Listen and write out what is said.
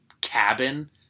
cabin